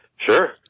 Sure